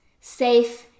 safe